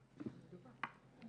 בהדרגה.